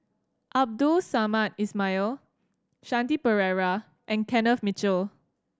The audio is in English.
Abdul Samad Ismail Shanti Pereira and Kenneth Mitchell